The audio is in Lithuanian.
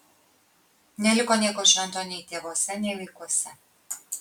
neliko nieko švento nei tėvuose nei vaikuose